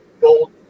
Gold